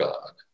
God